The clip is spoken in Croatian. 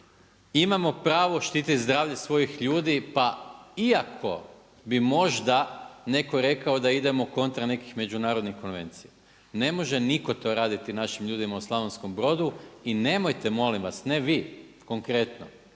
imamo pravo štititi zdravlje svojih ljudi, pa iako bi možda netko rekao da idemo kontra nekih međunarodnih konvencija. Ne može nitko to raditi našim ljudima u Slavonkom Brodu, i nemojte molim vas, ne vi konkretno,